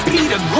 Peter